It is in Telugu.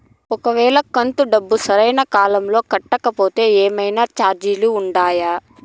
ఒక వేళ కంతు డబ్బు సరైన కాలంలో కట్టకపోతే ఏమన్నా చార్జీలు ఉండాయా?